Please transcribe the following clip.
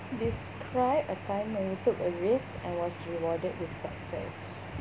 describe a time when you took a risk and was rewarded with success